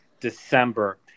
December